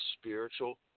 spiritual